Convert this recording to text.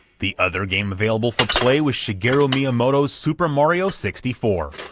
the other game available for play was shigeru miyamoto's super mario sixty four,